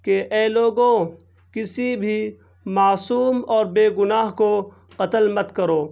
کہ اے لوگو کسی بھی معصوم اور بے گناہ کو قتل مت کرو